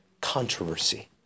controversy